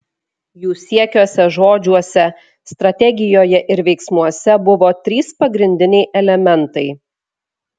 jų siekiuose žodžiuose strategijoje ir veiksmuose buvo trys pagrindiniai elementai